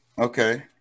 Okay